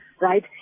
right